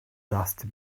dusty